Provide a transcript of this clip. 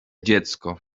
dziecko